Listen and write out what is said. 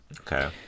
Okay